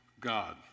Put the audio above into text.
God